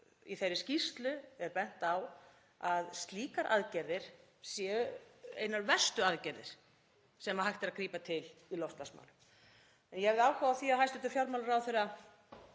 Í þeirri skýrslu er bent á að slíkar aðgerðir séu einar verstu aðgerðir sem hægt er að grípa til í loftslagsmálum þannig að ég hefði áhuga á því að hæstv. fjármálaráðherra